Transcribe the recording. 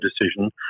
decision